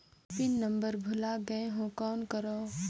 Pin number भुला गयें हो कौन करव?